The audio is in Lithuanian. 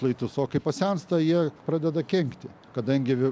šlaitus o kai pasensta jie pradeda kenkti kadangi